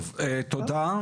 טוב, תודה.